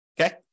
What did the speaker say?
Okay